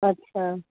अच्छा